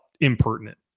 impertinent